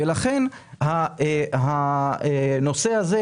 לכן הנושא הזה,